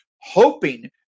hoping